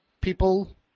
people